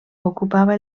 ocupava